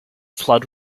flood